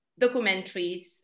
documentaries